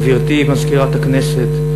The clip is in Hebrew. גברתי מזכירת הכנסת,